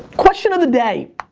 question of the day,